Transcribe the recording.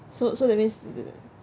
so so that means uh